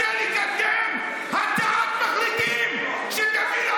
(חבר הכנסת איתמר בן גביר יוצא מאולם